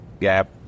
gap